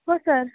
हो सर